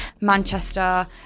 Manchester